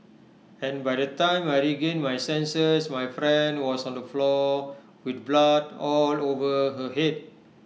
and by the time I regained my senses my friend was on the floor with blood all over her Head